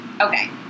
Okay